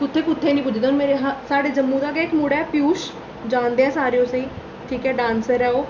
कुत्थै कुत्थै निं पुजदे मेरे साढ़े जम्मू दा गै इक मुड़ा ऐ पियूश जानदे ऐं सारे उसी ठीक ऐ डांसर ऐ ओह्